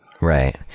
Right